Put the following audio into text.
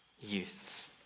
youths